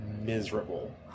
miserable